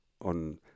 on